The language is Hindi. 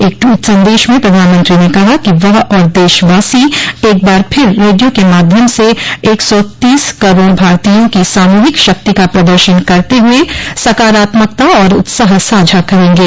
एक ट्वीट संदेश में प्रधानमत्री ने कहा कि वह और देशवासी एक बार फिर रेडियो के माध्यम से एक सौ तीस करोड़ भारतीयों की सामूहिक शक्ति का प्रदर्शन करते हुए सकारात्मकता और उत्साह साझा करेंगे